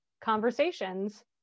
conversations